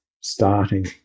starting